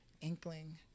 Inkling